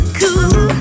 cool